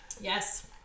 Yes